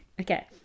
Okay